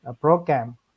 program